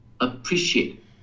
appreciate